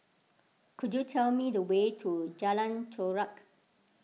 could you tell me the way to Jalan Chorak